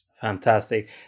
Fantastic